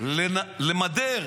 למדר